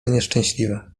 nieszczęśliwe